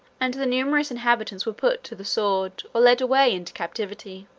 and the numerous inhabitants were put to the sword, or led away into captivity.